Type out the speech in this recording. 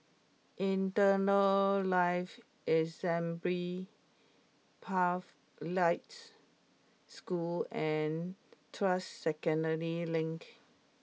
Eternal Life Assembly Pathlights School and Tuas Second Link